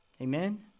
Amen